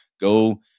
go